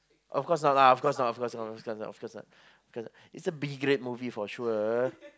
of course not lah of course not of course not of course not of course not cause it's a B grade movie for sure